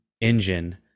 engine